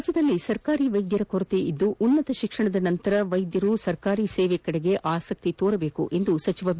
ರಾಜ್ಯದಲ್ಲಿ ಸರ್ಕಾರಿ ವೈದ್ಯರ ಕೊರತೆಯಿದ್ದು ಉನ್ನತ ಶಿಕ್ಷಣ ಪಡೆದ ಬಳಿಕ ವೈದ್ಯರು ಸರ್ಕಾರಿ ಸೇವೆಯೆಡೆಗೆ ಆಸಕ್ತಿ ತೋರಬೇಕು ಎಂದು ಸಚಿವ ಬಿ